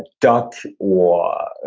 duck or ah